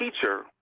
teacher